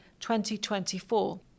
2024